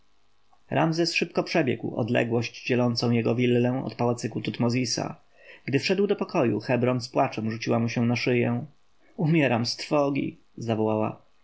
ramzes szybko przebiegł odległość dzielącą jego willę od pałacyku tutmozisa gdy wszedł do pokoju hebron z płaczem rzuciła mu się na szyję umieram z trwogi zawołała